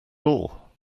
all